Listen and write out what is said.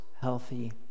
healthy